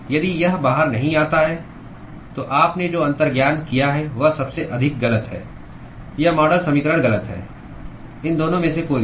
यदि यह बाहर नहीं आता है तो आपने जो अंतर्ज्ञान किया है वह सबसे अधिक गलत है या मॉडल समीकरण गलत है इन दोनों में से कोई भी